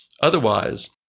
Otherwise